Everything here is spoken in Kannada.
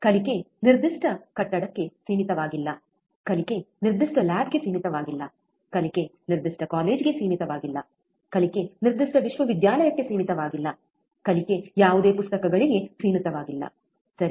ಕಲಿಕೆ ನಿರ್ದಿಷ್ಟ ಕಟ್ಟಡಕ್ಕೆ ಸೀಮಿತವಾಗಿಲ್ಲ ಕಲಿಕೆ ನಿರ್ದಿಷ್ಟ ಲ್ಯಾಬ್ಗೆ ಸೀಮಿತವಾಗಿಲ್ಲ ಕಲಿಕೆ ನಿರ್ದಿಷ್ಟ ಕಾಲೇಜಿಗೆ ಸೀಮಿತವಾಗಿಲ್ಲ ಕಲಿಕೆ ನಿರ್ದಿಷ್ಟ ವಿಶ್ವವಿದ್ಯಾಲಯಕ್ಕೆ ಸೀಮಿತವಾಗಿಲ್ಲ ಕಲಿಕೆ ಯಾವುದೇ ಪುಸ್ತಕಗಳಿಗೆ ಸೀಮಿತವಾಗಿಲ್ಲ ಸರಿ